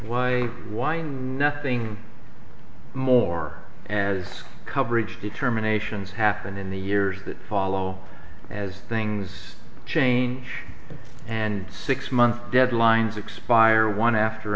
nothing more as coverage determinations happen in the years that follow as things change and six months deadlines expire one after